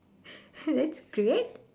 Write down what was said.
that's great